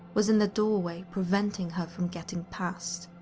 was in the doorway preventing her from getting past.